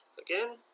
again